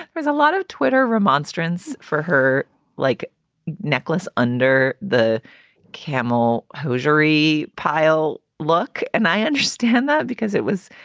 there's a lot of twitter remonstrance for her like necklace under the camel hosiery pile. look, and i understand that because it was